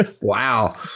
Wow